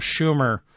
Schumer